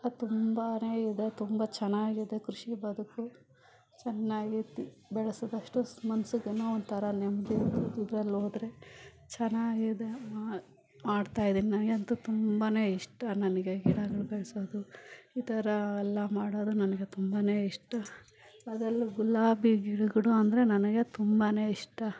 ತುಂಬನೇ ಇದೆ ತುಂಬ ಚೆನ್ನಾಗಿದೆ ಕೃಷಿ ಬದುಕು ಚೆನ್ನಾಗಿತ್ತಿ ಬೆಳೆಸಿದಷ್ಟು ಮನ್ಸಿಗೆ ಏನೋ ಒಂಥರ ನೆಮ್ಮದಿ ಇದ್ರಲ್ಲೋದರೆ ಚೆನ್ನಾಗಿದೆ ಮಾಡ್ತಾಯಿದ್ದೀನಿ ನನಗಂತೂ ತುಂಬನೇ ಇಷ್ಟ ನನಗೆ ಗಿಡಗಳು ಬೆಳೆಸೋದು ಈ ಥರ ಎಲ್ಲ ಮಾಡೋದು ನನಗೆ ತುಂಬನೇ ಇಷ್ಟ ಅದರಲ್ಲೂ ಗುಲಾಬಿ ಗಿಡಗಳು ಅಂದರೆ ನನಗೆ ತುಂಬನೇ ಇಷ್ಟ